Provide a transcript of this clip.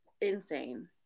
insane